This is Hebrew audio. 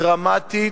דרמטית,